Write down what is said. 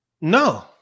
No